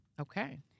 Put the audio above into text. Okay